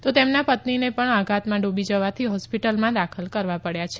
તો તેમના પત્નીને પણ આઘાતમાં ડુબી જવાથી હોસ્પીટલમાં દાખલ કરવા પડયા છે